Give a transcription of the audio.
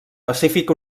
pacífic